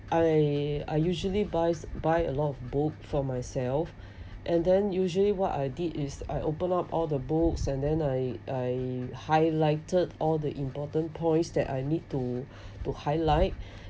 I I usually buys buy a lot of both for myself and then usually what I did is I open up all the books and then I I highlighted all the important points that I need to to highlight